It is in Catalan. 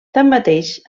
tanmateix